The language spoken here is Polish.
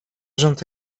rząd